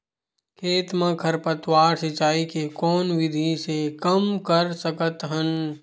खेत म खरपतवार सिंचाई के कोन विधि से कम कर सकथन?